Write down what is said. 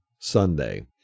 Sunday